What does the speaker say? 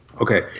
Okay